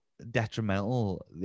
detrimental